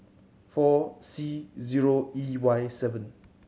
four C zero E Y seven